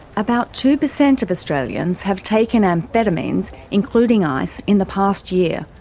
about two percent of australians have taken amphetamines, including ice, in the past year,